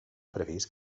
previst